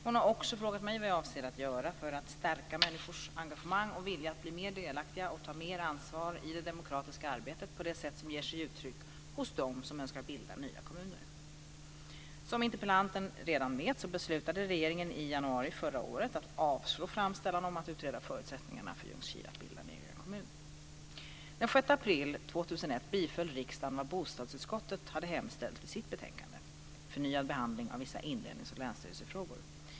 Hon har också frågat mig vad jag avser att göra för att stärka människors engagemang och vilja att bli mer delaktiga och ta mer ansvar i det demokratiska arbetet på det sätt som det ger sig till uttryck hos dem som önskar bilda nya kommuner. Som interpellanten redan vet beslutade regeringen i januari förra året att avslå framställan att utreda förutsättningarna för Ljungskile att bilda en egen kommun.